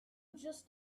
just